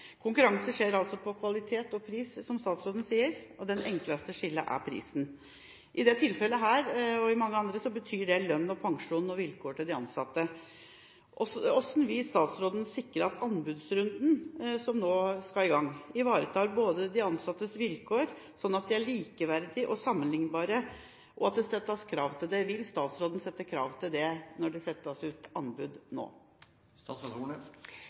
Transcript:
Konkurranse skjer altså på kvalitet og pris, som statsråden sier, og det enkleste skillet er prisen. I dette tilfellet, og i mange andre, innebærer det tema som lønn og pensjon og de ansattes vilkår. Hvordan vil statsråden sikre at anbudsrunden som nå skal i gang, ivaretar de ansattes vilkår, sånn at de er likeverdige og sammenlignbare, og at det settes krav til det? Vil statsråden stille krav til dette når dette settes ut på anbud nå?